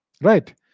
right